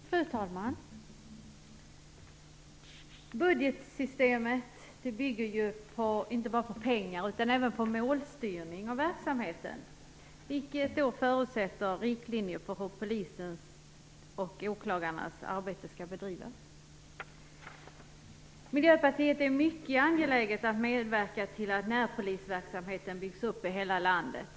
Fru talman! Budgetsystemet bygger ju inte bara på pengar utan även på målstyrning av verksamheten, vilket förutsätter riktlinjer för hur polisens och åklagarnas arbete skall bedrivas. Miljöpartiet är mycket angeläget om att medverka till att närpolisverksamheten byggs upp i hela landet.